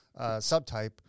subtype